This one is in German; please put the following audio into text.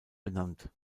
benannt